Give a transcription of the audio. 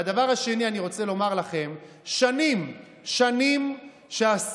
הדבר השני אני רוצה לומר לכם ששנים שנים השמאל